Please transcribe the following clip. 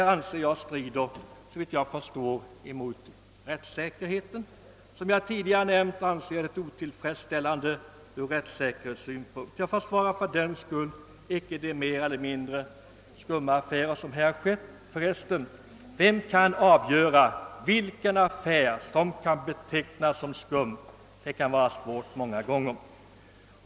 Såvitt jag förstår strider detta mot rättssäkerheten. Som jag tidigare nämnt anser jag det otillfredsställande ur rättsäkerhetssynpunkt. Jag försvarar fördenskull icke de mer eller mindre skumma affärer som skett. Vem kan för resten avgöra vilken affär som kan betecknas som skum — det kan vara svårt många gånger.